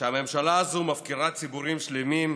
שהממשלה הזאת מפקירה ציבורים שלמים,